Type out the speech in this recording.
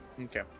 okay